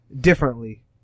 differently